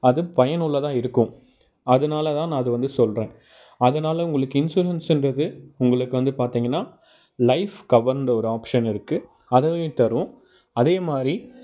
அது பயனுள்ளதாக இருக்கும் அதனால தான் நான் அது வந்து சொல்லுறன் அதனால உங்களுக்கு இன்சூரன்ஸுன்றது உங்களுக்கு வந்து பார்த்தீங்கன்னா லைஃப் கவர்ன்ற ஒரு ஆப்சன் இருக்கு அதையும் தரும் அதே மாதிரி